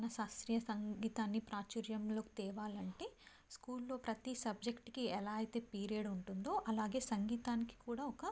మన శాస్త్రీయ సంగీతాన్ని ప్రాచుర్యంలో తేవాలంటే స్కూల్లో ప్రతి సబ్జెక్టుకి ఎలా అయితే పీరియడ్ ఉంటుందో అలాగే సంగీతానికి కూడా ఒక